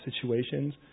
situations